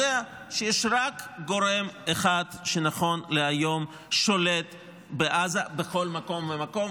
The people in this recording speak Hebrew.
יודע שיש רק גורם אחד שנכון להיום שולט בעזה בכל מקום ומקום,